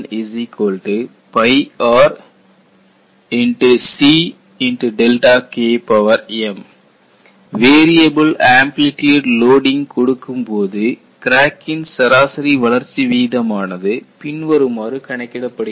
dadNR Cm variable amplitude loading கொடுக்கப்படும் போது கிராக்கின் சராசரி வளர்ச்சி வீதமானது பின்வருமாறு கணக்கிடப்படுகிறது